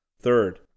Third